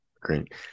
Great